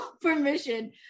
permission